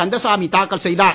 கந்தசாமி தாக்கல் செய்தார்